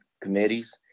committees